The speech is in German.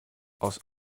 aus